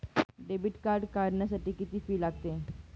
Debit card काढण्यासाठी किती fee लागते?